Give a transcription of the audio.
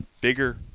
bigger